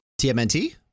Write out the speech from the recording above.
TMNT